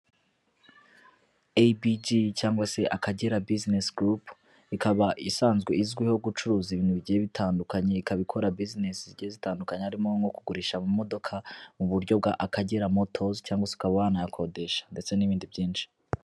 ABG cyangwa se Akagera Bizinesi Gurupe, ikaba isanzwe izwiho gucuruza ibintu bigiye bitandukanye, ikaba ikora buzinesi zigiye zitandukanye harimo nko kugurisha amamodoka mu buryo bwa Akagera motozi cyangwa se ukaba wanayakodesha ndetse n'ibindi byinshi.